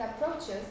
approaches